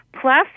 plus